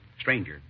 Stranger